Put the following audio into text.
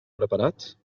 preparats